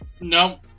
no